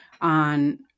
on